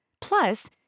Plus